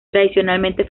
tradicionalmente